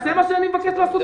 אז זה מה שאני מבקש לעשות גם פה.